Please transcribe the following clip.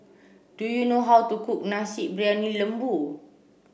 do you know how to cook Nasi Briyani Lembu